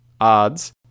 odds